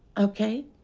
ok?